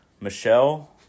Michelle